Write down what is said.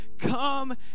Come